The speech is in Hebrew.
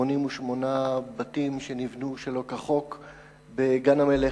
88 בתים שנבנו שלא כחוק בגן-המלך,